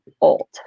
old